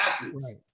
athletes